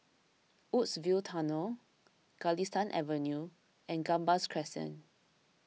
Woodsville Tunnel Galistan Avenue and Gambas Crescent